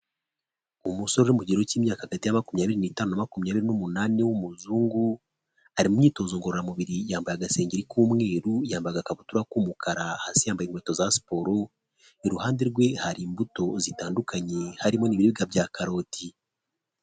Umusore mu gihe cy'imyaka hagati ya makumyabiri n'itanu, makumyabiri n'umunani w'umuzungu ari mu imyitozo ngororamubiri yambaye agasengeri k'umweru, yambaye agakabutura k'umukara hasi yambaye inkweto za siporo, iruhande rwe hari imbuto zitandukanye harimo n'ibibiribwa bya karoti.